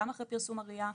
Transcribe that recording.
גם אחרי פרסום ה-RIA,